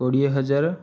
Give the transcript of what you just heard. କୋଡ଼ିଏ ହଜାର